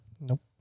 Nope